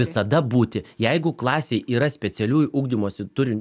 visada būti jeigu klasėj yra specialiųjų ugdymosi turi